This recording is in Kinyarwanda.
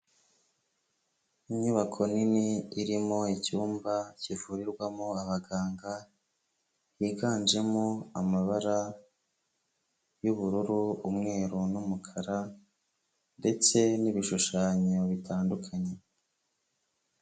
Inyubako nini irimo icyumba kivurirwamo abaganga biganjemo amabara y'ubururu, umweru n'umukara ndetse n'ibishushanyo bitandukanye.